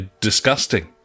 disgusting